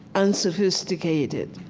unsophisticated,